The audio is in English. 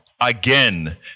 again